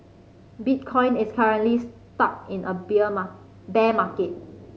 bitcoin is currently stuck in a bear bare market